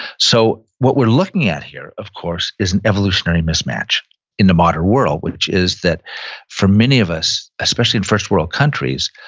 so, what we're looking at here of course is an evolutionary mismatch in the modern world, which is that for many of us, especially in first-world countries,